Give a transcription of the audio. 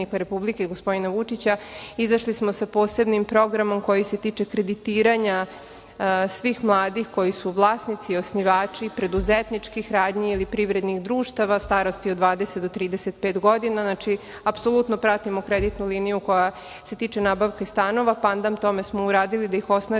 gospodina Vučića, izašli smo sa posebnim programom koji se tiče kreditiranja svih mladih koji su vlasnici i osnivači preduzetničkih radnji ili privrednih društava starosti od 20 do 35 godina. Znači, apsolutno pratimo kreditnu liniju koja se tiče nabavke stanova. Pandam tome smo uradili da ih osnažimo